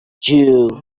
due